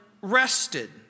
rested